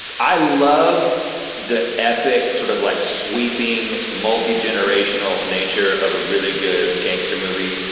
i love the epic sort of like sweeping, multi-generational nature of a really good gangster movie.